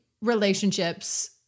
relationships